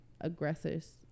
aggressors